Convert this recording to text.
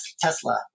Tesla